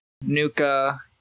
Nuka